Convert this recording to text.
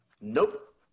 Nope